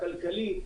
הכלכלי,